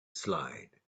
slide